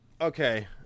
Okay